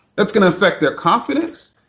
that's going to affect their confidence.